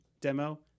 demo